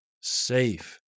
safe